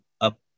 up